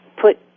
put